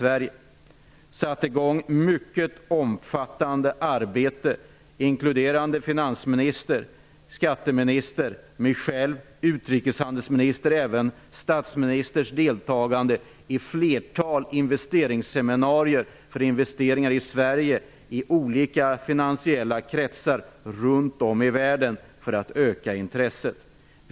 Regeringen har satt igång ett mycket omfattande arbete som inkluderat finansministerns, skatteministerns, mitt eget, utrikeshandelsministerns och även statsministerns deltagade i ett flertal investeringsseminarier i olika finansiella kretsar runt om i världen för att öka intresset för investeringar i Sverige.